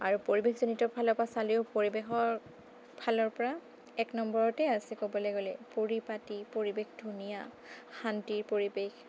আৰু পৰিৱেশজনিতৰ ফালৰ পৰা চালেও পৰিৱেশৰ ফালৰ পৰা এক নম্বৰতে আছে ক'বলৈ গ'লে পৰিপাটি পৰিৱেশ ধুনীয়া শান্তিৰ পৰিৱেশ